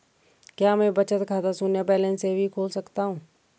क्या मैं बचत खाता शून्य बैलेंस से भी खोल सकता हूँ?